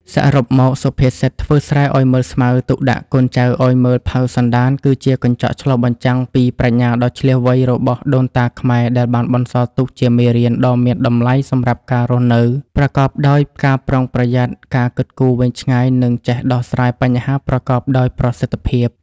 សរុបមក សុភាសិត ធ្វើស្រែឲ្យមើលស្មៅ ទុកដាក់កូនចៅឲ្យមើលផៅសន្តាន គឺជាកញ្ចក់ឆ្លុះបញ្ចាំងពីប្រាជ្ញាដ៏ឈ្លាសវៃរបស់ដូនតាខ្មែរ ដែលបានបន្សល់ទុកជាមេរៀនដ៏មានតម្លៃសម្រាប់ការរស់នៅប្រកបដោយការប្រុងប្រយ័ត្ន ការគិតគូរវែងឆ្ងាយ និងចេះដោះស្រាយបញ្ហាប្រកបដោយប្រសិទ្ធភាព។